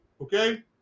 okay